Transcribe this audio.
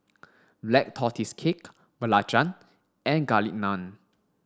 black tortoise cake belacan and garlic naan